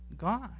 God